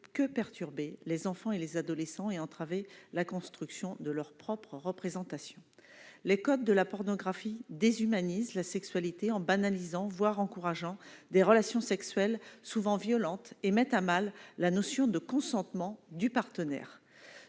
que perturber les enfants et les adolescents et entraver la construction de leur propre représentation les codes de la pornographie déshumanise la sexualité en banalisant voire encourageant des relations sexuelles, souvent violentes et mettent à mal la notion de consentement du partenaire